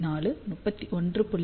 4 31